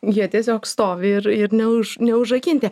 jie tiesiog stovi ir ir neuž neužrakinti